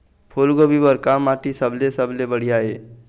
फूलगोभी बर का माटी सबले सबले बढ़िया ये?